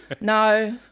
No